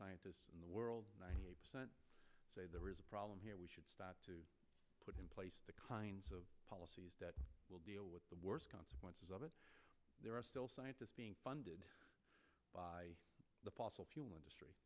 scientists in the world ninety eight percent say there is a problem here we should start to put in place the kinds of policies that will deal with the worst consequences of it there are still scientists being funded by the fossil fuel industry